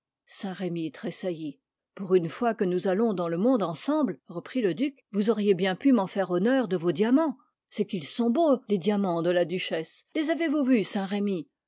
saint-remy tressaillit pour une pauvre fois que nous allons dans le monde ensemble reprit le duc vous auriez bien pu m'en faire honneur de vos diamants c'est qu'ils sont beaux les diamants de la duchesse les avez-vous vus saint-remy